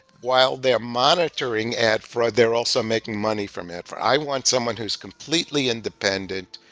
while they are monitoring ad fraud, they're also making money from ad fraud. i want someone who's completely independent,